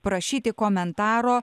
prašyti komentaro